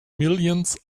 millions